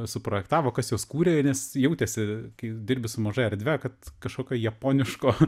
suprojektavo kas juos kūrė nes jautėsi kai dirbi su maža erdve kad kažkokio japoniško